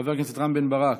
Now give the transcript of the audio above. חבר הכנסת רם בן ברק,